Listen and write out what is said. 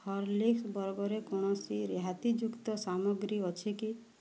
Horlicks ବର୍ଗରେ କୌଣସି ରିହାତିଯୁକ୍ତ ସାମଗ୍ରୀ ଅଛି କି